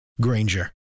Granger